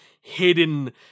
hidden